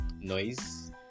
noise